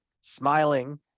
smiling